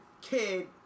kid